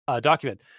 document